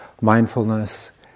mindfulness